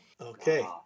Okay